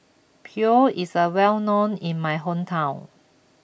Pho is a well known in my hometown